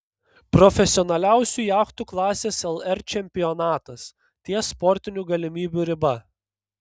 profesionaliausių jachtų klasės lr čempionatas ties sportinių galimybių riba